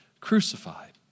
crucified